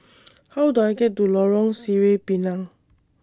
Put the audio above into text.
How Do I get to Lorong Sireh Pinang